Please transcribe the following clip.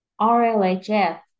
RLHF